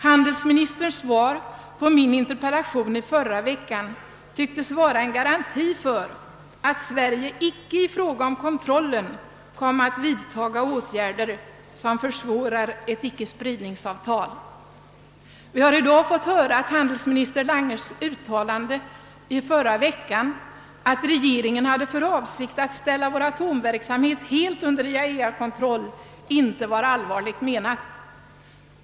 Handelsministerns svar på min interpellation i förra veckan tycktes vara en garanti för att Sverige i fråga om kontrollen icke komme att vidtaga åtgärder som försvårar ett icke-spridningsavtal. Vi har i dag fått höra att handelsminister Langes uttalande, att regeringen hade för avsikt att ställa vår atomverksamhet helt under IAEA-kontroll, inte var allvarligt menat.